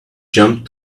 jump